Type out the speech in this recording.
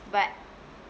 but